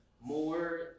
more